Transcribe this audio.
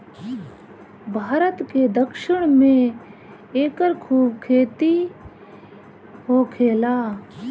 भारत के दक्षिण में एकर खूब खेती होखेला